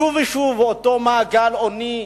שוב ושוב אותו מעגל עוני,